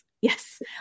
Yes